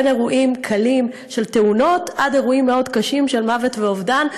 מאירועים קלים של תאונות עד אירועים מאוד קשים של מוות ואובדן,